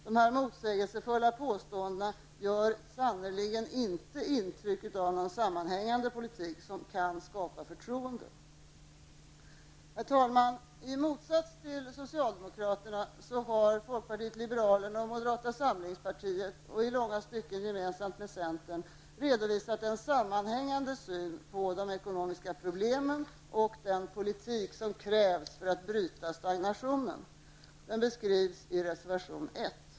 De motsägelsefulla påståendena ger sannerligen inte intrycket av någon sammanhängande politik som kan skapa förtroende. Herr talman! I motsats till socialdemokraterna har folkpartiet liberalerna och moderata samlingspartiet, i långa stycken gemensamt med centern, redovisat en sammanhängande syn på de ekonomiska problemen och den politik som krävs för att bryta stagnationen. Den beskrivs i reservation 1.